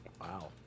Wow